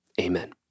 Amen